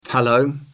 Hello